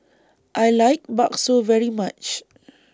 I like Bakso very much